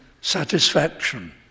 satisfaction